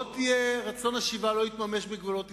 הוא: רצון השיבה לא יתממש בגבולות ישראל.